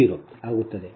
70 ಆಗುತ್ತದೆ